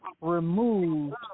removed